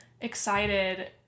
excited